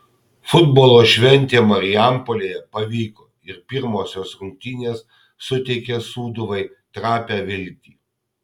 futbolo šventė marijampolėje pavyko ir pirmosios rungtynės suteikia sūduvai trapią viltį